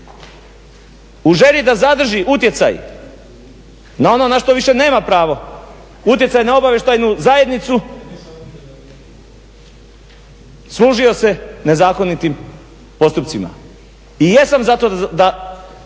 u želji da zadrži utjecaj na ono na što više nema pravo, utjecaj na obavještajnu zajednicu služio se nezakonitim postupcima. I jesam za to da